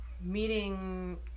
meeting